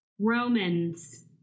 Romans